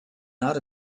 not